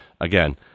again